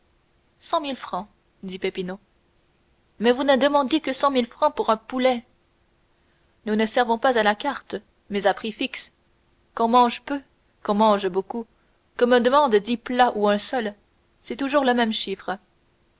dit peppino mais vous ne demandiez que cent mille francs pour un poulet nous ne servons pas à la carte mais à prix fixe qu'on mange peu qu'on mange beaucoup qu'on demande dix plats ou un seul c'est toujours le même chiffre